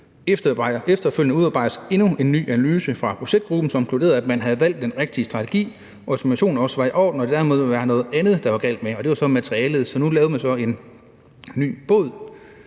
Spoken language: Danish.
Efterfølgende udarbejdedes endnu en ny analyse fra projektgruppen, som konkluderede, at man havde valgt den rigtige strategi, og at motivationen også var i orden, og at det måtte være noget andet, det var galt med, og det var så materialet. Så nu lavede man så en ny båd.